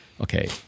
okay